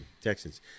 Texans